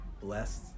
blessed